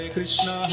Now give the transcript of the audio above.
Krishna